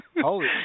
Holy